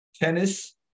tennis